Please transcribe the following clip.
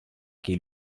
che